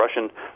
Russian